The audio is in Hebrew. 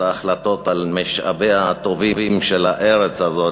ההחלטות על משאביה הטובים של הארץ הזאת,